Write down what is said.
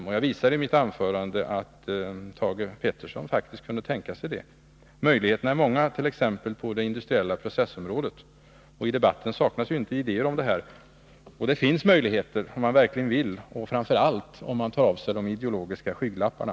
Jag Onsdagen den framhöll i mitt anförande tidigare att Thage Peterson faktiskt kunde tänka sig 10 november 1982 det. Möjligheterna är många, t.ex. på det industriella processområdet, och i = Statligt ägande debatten saknas ju inte idéer härvidlag. Det finns alltså möjligheter, om man inom läkemedelsverkligen vill göra något och framför allt om man tar av sig de ideologiska — industrin skygglapparna.